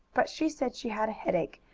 but she said she had a headache,